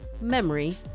memory